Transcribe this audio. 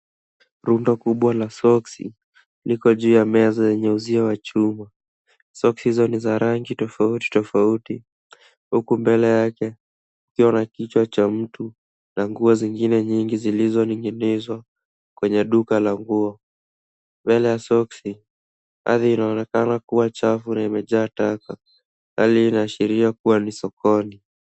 Rundo kubwa la soksi liko juu ya meza lenye uzio wa chuma. Soksi hizo ni za rangi tofauti tofauti huku mbele yake kukiwa na kichwa cha mtu na nguo zingine nyingi zilizoning'inizwa kwenye duka la nguo. Mbele ya soksi ardhi inaonekana kuwa chafu na imejaa taka. Hali hii inaashiria kuwa ni sokoni.